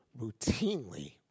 routinely